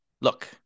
Look